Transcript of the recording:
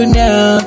now